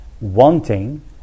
wanting